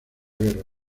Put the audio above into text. guerra